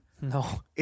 No